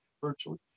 virtually